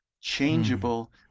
changeable